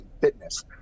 fitness